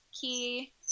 key